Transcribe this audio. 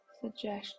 suggestion